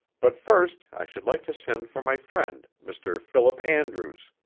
but first i should like to send for my friend, mr. philip andrews.